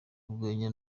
urwenya